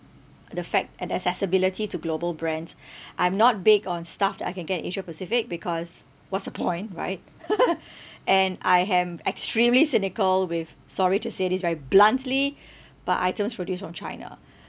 the fact and accessibility to global brands I'm not big on stuff that I can get in asia pacific because what's the point right and I am extremely cynical with sorry to say this very bluntly by items produced from china